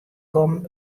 kommen